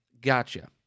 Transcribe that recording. gotcha